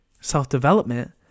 self-development